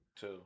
Two